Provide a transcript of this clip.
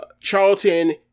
Charlton